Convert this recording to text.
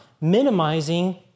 minimizing